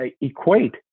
equate